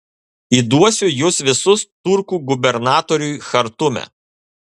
įduosiu jus visus turkų gubernatoriui chartume